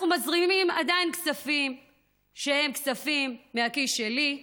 אנחנו מזרימים עדיין כספים שהם כספים מהכיס שלי,